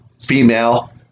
female